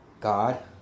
God